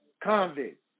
convict